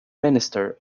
minister